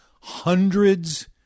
hundreds